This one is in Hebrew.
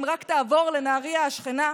אם רק תעבור לנהריה השכנה,